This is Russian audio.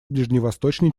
ближневосточной